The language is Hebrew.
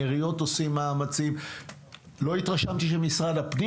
העיריות עושות מאמצים אבל לא התרשמתי שמשרד הפנים